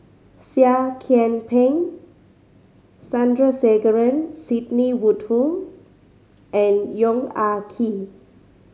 Seah Kian Peng Sandrasegaran Sidney Woodhull and Yong Ah Kee